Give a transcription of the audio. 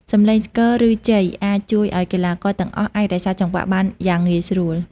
សម្លេងស្គរ ឬជ័យអាចជួយឲ្យកីឡាករទាំងអស់អាចរក្សាចង្វាក់បានយ៉ាងងាយស្រួល។